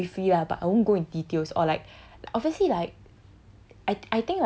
as in like I will say like briefly lah but I won't go in details or like obviously like